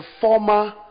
former